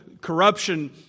corruption